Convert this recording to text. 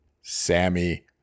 Sammy